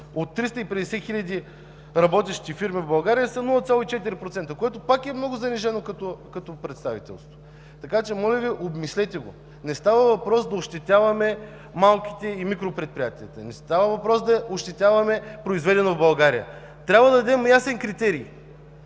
от 350 хил. работещи фирми в България това е 0.4%, което пак е много занижено като представителство. Моля Ви, обмислете го! Не става въпрос да ощетяваме малките или микропредприятията, не става въпрос да ощетяваме „Произведено в България”, но трябва да дадем ясен критерий!